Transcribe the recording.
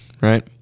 right